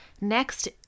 next